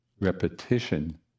repetition